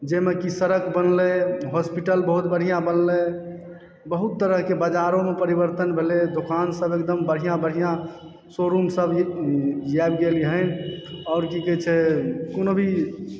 जइमे कि सड़क बनलै हॉस्पिटल बहुत बढ़िया बनलै बहुत तरहके बजारोमे परिवर्त्तन भेलै दोकान सब एकदम बढ़िया बढ़िया शो रूम सब याबि गेल हन और की कहै छै कुनू भी